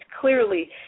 clearly